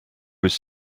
was